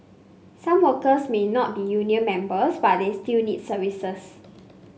some workers may not be union members but they still need services